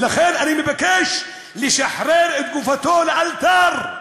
ולכן אני מבקש לשחרר את גופתו לאלתר.